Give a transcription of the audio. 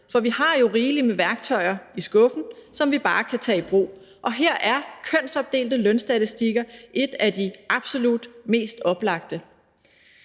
for vi har jo rigeligt med værktøjer i skuffen, som vi bare kan tage i brug, og her er kønsopdelte lønstatistikker et af de absolut mest oplagte.